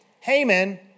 Haman